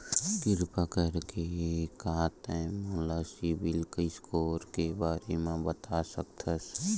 किरपा करके का तै मोला सीबिल स्कोर के बारे माँ बता सकथस?